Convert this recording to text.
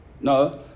No